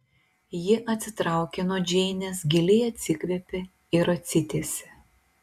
ji atsitraukė nuo džeinės giliai atsikvėpė ir atsitiesė